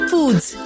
Foods